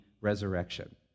resurrection